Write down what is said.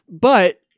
But-